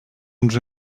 uns